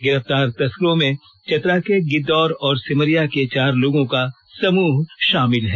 गिरफ्तार तस्करों में चतरा के गिददौर और सिमरिया के चार लोगों का समूह शामिल है